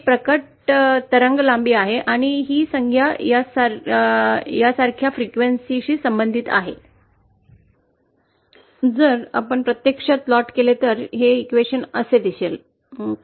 हे प्रकट तरंगलांबी आहे आणि ही संज्ञा यासारख्या वारंवारतेशी संबंधित आहे जर आपण प्रत्यक्षात प्लॉट केले तर हे समीकरण असे दिलेले आहे